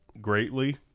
greatly